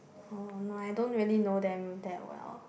oh no I don't really know them that well